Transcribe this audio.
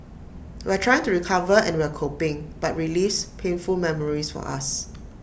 we're trying to recover and we're coping but relives painful memories for us